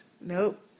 Nope